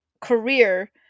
career